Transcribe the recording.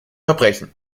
verbrechen